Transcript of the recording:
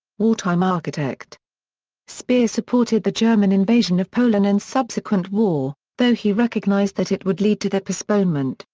wartime architect speer supported the german invasion of poland and subsequent war, though he recognized that it would lead to the postponement,